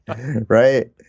Right